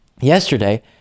yesterday